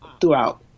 throughout